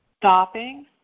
stopping